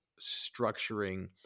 structuring